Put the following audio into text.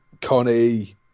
connie